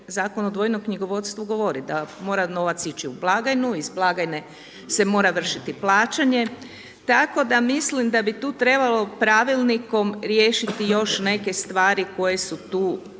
Zakon o dvojnom knjigovodstvu govori da mora novac ići u blagajnu, iz blagajne se mora vršiti plaćanje. Tako da mislim da bi tu trebalo pravilnikom riješiti još neke stvari koje su tu